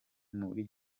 muri